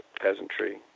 peasantry